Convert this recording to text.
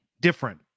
Different